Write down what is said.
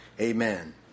Amen